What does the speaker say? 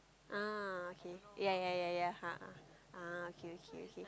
ah okay ya ya ya ya a'ah ah okay okay okay